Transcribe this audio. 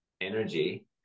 energy